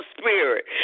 spirit